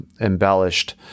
embellished